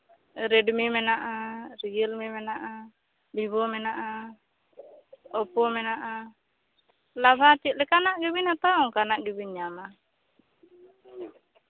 Redmi ᱢᱮᱱᱟᱜᱼᱟ ᱨᱤᱭᱮᱞᱢᱤ ᱢᱮᱱᱟᱜᱼᱟ ᱵᱷᱤᱵᱷᱳ ᱢᱮᱱᱟᱜᱼᱟ ᱚᱯᱳ ᱢᱮᱱᱟᱜᱼᱟ ᱞᱟᱦᱟ ᱪᱮᱫ ᱞᱮᱠᱟᱱᱟᱜ ᱵᱮᱱ ᱦᱟᱛᱟᱣᱟ ᱚᱱᱠᱟᱱᱟᱜ ᱜᱮᱵᱮᱱ ᱧᱟᱢᱟ